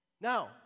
Now